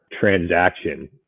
transaction